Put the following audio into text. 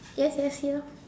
yes yes here